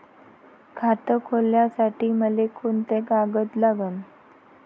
खात खोलासाठी मले कोंते कागद लागन?